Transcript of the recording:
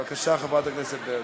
בבקשה, חברת הכנסת ברקו.